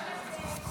5 נתקבלו.